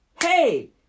hey